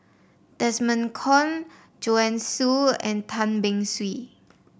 Desmond Kon Joanne Soo and Tan Beng Swee